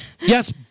Yes